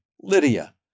Lydia